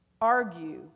argue